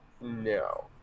no